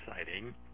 exciting